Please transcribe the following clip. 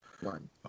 one